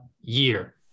year